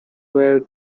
were